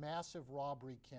massive robbery can